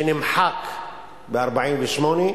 שנמחק ב-1948,